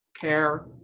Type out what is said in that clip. care